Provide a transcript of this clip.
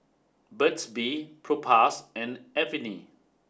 burt's bee Propass and Avene